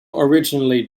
originally